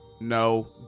no